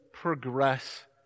Progress